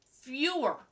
fewer